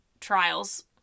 trials